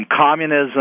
Communism